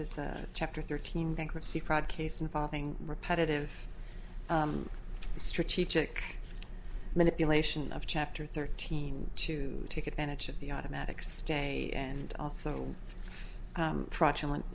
is a chapter thirteen bankruptcy fraud case involving repetitive strategic manipulation of chapter thirteen to take advantage of the automatics day and also fraudulent